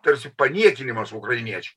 tarsi paniekinimas ukrainiečių